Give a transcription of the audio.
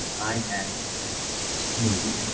i had a smoothie,